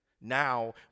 now